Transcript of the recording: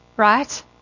Right